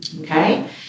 Okay